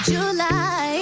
July